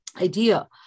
idea